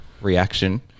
reaction